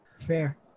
fair